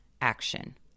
action